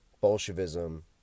Bolshevism